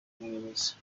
muyobozi